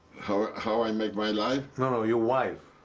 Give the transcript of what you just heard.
how i make my life? no, no. your wife.